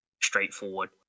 straightforward